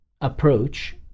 approach